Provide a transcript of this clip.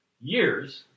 years